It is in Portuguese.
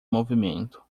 movimento